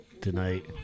Tonight